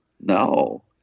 No